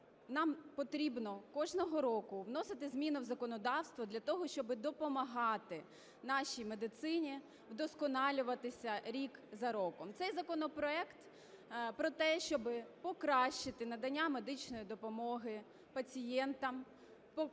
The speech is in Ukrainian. нам потрібно кожного року вносити зміни в законодавство для того, щоб допомагати нашій медицині вдосконалюватися рік за роком. Цей законопроект про те, щоб покращити надання медичної допомоги пацієнтам,